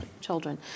children